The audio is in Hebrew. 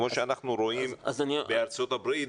כמו שאנחנו רואים בארצות הברית,